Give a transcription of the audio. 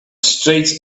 straight